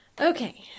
Okay